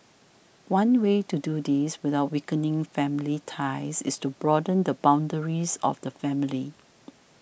one way to do this without weakening family ties is to broaden the boundaries of the family